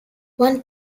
one